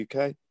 UK